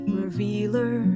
revealer